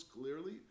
clearly